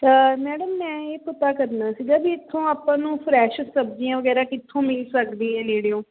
madam ਮੈਂ ਇਹ ਪਤਾ ਕਰਨਾ ਸੀਗਾ ਵੀ ਇੱਥੋਂ ਆਪਾਂ ਨੂੰ ਫਰੈਸ਼ ਸਬਜ਼ੀਆਂ ਵਗੈਰਾ ਕਿੱਥੋਂ ਮਿਲ ਸਕਦੀ ਹੈ ਨੇੜਿਓਂ